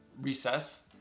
recess